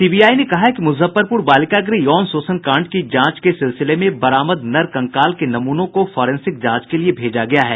CBI ने कहा है कि मुजफ्फरपुर बालिका गुह यौन शोषण कांड की जांच के सिलसिले में बरामद नरकंकाल के नमूनों को फोरेंसिंक जांच के लिये भेजा गया है